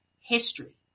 history